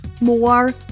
More